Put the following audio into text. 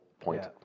point